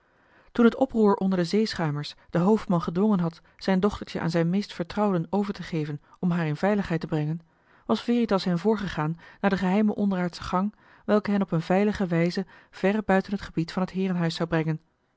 toen het oproer onder de zeeschuimers den hoofdman gedwongen had zijn dochtertje aan zijn meest vertrouwden over te geven om haar in veiligheid te brengen was veritas hen voorgegaan naar de geheime onderaardsche gang welke hen op een veilige wijze verre buiten het gebied van het heerenhuis zou brengen